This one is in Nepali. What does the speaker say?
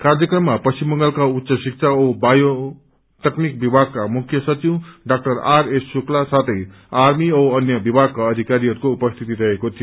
कार्यक्रममा पश्चिम बंगालका शिक्षा औ बायो तकनीक विभागका मुख्य सचिव डा आरएस शुक्ला साथै आर्मी औ अन्य विभगका अधिकारीहरूको उपसीत रहेको थियो